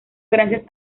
gracias